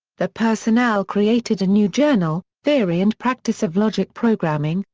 the personnel created a new journal, theory and practice of logic programming,